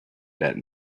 that